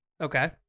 Okay